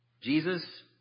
Jesus